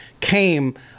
came